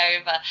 over